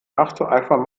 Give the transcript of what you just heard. nachzueifern